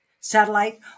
satellite